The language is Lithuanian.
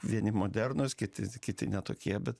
vieni modernūs kiti kiti ne tokie bet